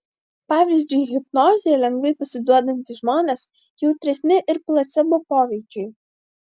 pavyzdžiui hipnozei lengvai pasiduodantys žmonės jautresni ir placebo poveikiui